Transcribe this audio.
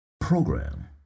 program